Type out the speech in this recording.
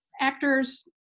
actors